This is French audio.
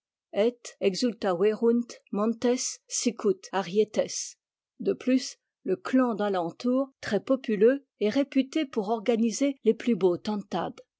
montes sicut arietes de plus le clan d'alentour très populeux est réputé pour organiser les plus beaux